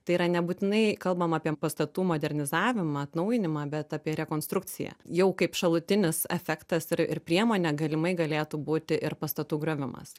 tai yra nebūtinai kalbam apie pastatų modernizavimą atnaujinimą bet apie rekonstrukciją jau kaip šalutinis efektas ir ir priemonė galimai galėtų būti ir pastatų griovimas